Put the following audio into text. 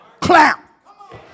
clap